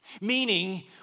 Meaning